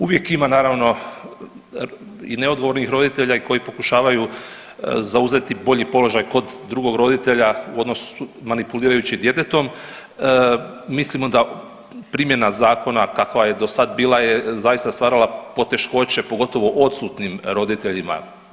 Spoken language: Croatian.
Uvijek ima naravno i neodgovornih roditelja i koji pokušavaju zauzeti bolji položaj kod drugog roditelja u odnosu manipulirajući djetetom, mislimo da primjena zakona kakva je do sad bila je zaista stvarala poteškoće, pogotovo odsutnim roditeljima.